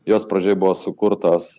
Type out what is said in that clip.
jos pradžioj buvo sukurtos